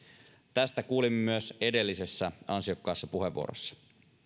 tästä kuulimme myös edellisessä ansiokkaassa puheenvuorossa